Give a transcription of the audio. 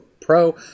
Pro